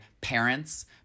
parents